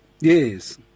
Yes